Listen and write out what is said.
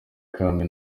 kami